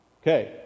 Okay